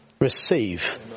receive